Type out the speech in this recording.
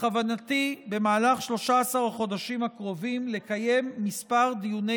במהלך 13 החודשים הקרובים בכוונתי לקיים כמה דיוני